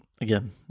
again